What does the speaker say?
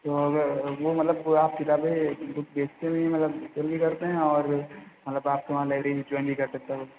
तो वे वह मतलब पूरा आप किताबें बुक बेचते भी हैं मतलब सेल भी करते हैं और मतलब आपको वहाँ लऐब्री में जोइने भी कर सकते है वह